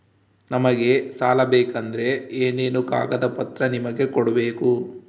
ನಮಗೆ ಸಾಲ ಬೇಕಂದ್ರೆ ಏನೇನು ಕಾಗದ ಪತ್ರ ನಿಮಗೆ ಕೊಡ್ಬೇಕು?